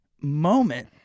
moment